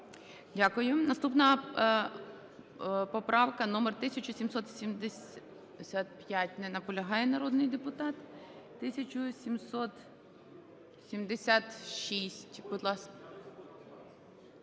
Дякую. Наступна поправка номер 1775. Не наполягає народний депутат. 1776.